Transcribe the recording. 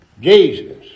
Jesus